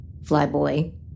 Flyboy